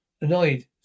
Annoyed